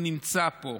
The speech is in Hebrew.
הוא נמצא פה,